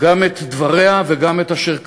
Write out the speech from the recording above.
גם את דבריה וגם את אשר כתבה,